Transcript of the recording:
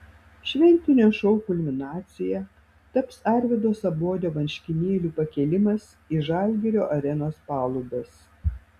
šventinio šou kulminacija taps arvydo sabonio marškinėlių pakėlimas į žalgirio arenos palubes